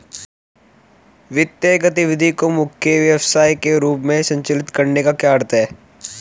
वित्तीय गतिविधि को मुख्य व्यवसाय के रूप में संचालित करने का क्या अर्थ है?